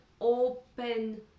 open